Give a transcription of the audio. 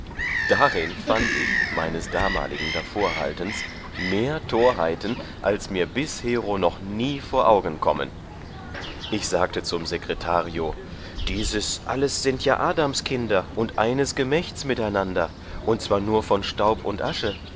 darin fand ich meines damaligen davorhaltens mehr torheiten als mir bishero noch nie vor augen kommen ich sagte zum secretario dieses alles sind ja adamskinder und eines gemächts miteinander und zwar nur von staub und asche